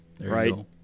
Right